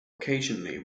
occasionally